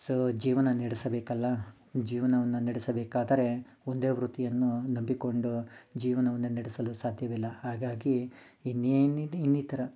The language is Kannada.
ಸೊ ಜೀವನ ನಡೆಸಬೇಕಲ್ಲ ಜೀವನವನ್ನು ನಡೆಸಬೇಕಾದರೆ ಒಂದೇ ವೃತ್ತಿಯನ್ನು ನಂಬಿಕೊಂಡು ಜೀವನವನ್ನು ನಡೆಸಲು ಸಾಧ್ಯವಿಲ್ಲ ಹಾಗಾಗಿ ಇನ್ನೇನಿದೆ ಇನ್ನಿತರ